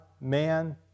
man